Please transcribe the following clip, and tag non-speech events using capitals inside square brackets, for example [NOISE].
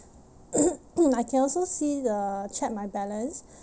[NOISE] I can also see the check my balance